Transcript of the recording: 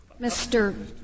Mr